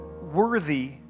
worthy